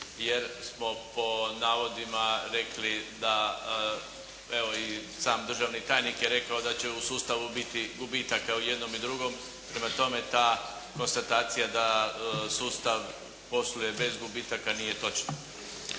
jer smo po navodima rekli da evo i sam državni tajnik je rekao da će u sustavu biti gubitak, u jednom i drugom. Prema tome ta konstatacija da sustav posluje bez gubitaka nije točna.